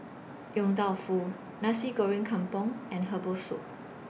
Yong Tau Foo Nasi Goreng Kampung and Herbal Soup